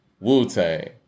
Wu-Tang